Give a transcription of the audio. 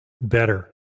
better